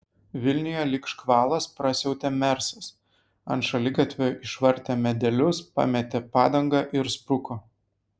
vilniuje lyg škvalas prasiautė mersas ant šaligatvio išvartė medelius pametė padangą ir spruko